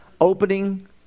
opening